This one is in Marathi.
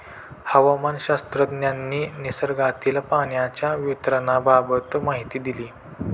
हवामानशास्त्रज्ञांनी निसर्गातील पाण्याच्या वितरणाबाबत माहिती दिली